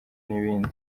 n’ibindi